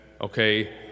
okay